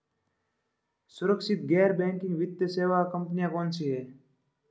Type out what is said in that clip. सुरक्षित गैर बैंकिंग वित्त सेवा कंपनियां कौनसी हैं?